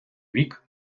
вік